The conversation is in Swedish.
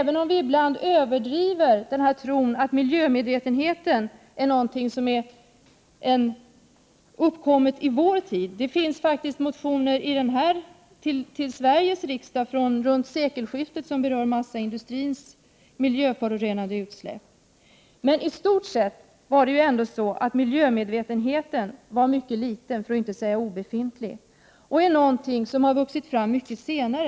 Vi har ibland en överdriven tro på att miljömedvetenheten har uppkommit i vår tid. Det har faktiskt vid tiden runt sekelskiftet väckts motioner i Sveriges riksdag som berört massaindustrins miljöförorenande utsläpp. Men i stort sett var ju ändå miljömedvetenheten mycket liten, för att inte säga obefintlig. Den är någonting som har vuxit fram mycket senare.